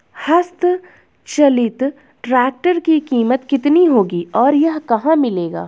हस्त चलित ट्रैक्टर की कीमत कितनी होगी और यह कहाँ मिलेगा?